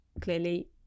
clearly